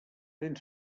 fent